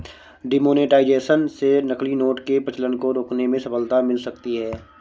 demonetisation से नकली note के प्रचलन को रोकने में सफलता मिल सकती है